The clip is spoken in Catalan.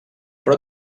però